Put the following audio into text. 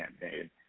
campaign